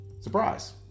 Surprise